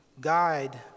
guide